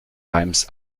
reims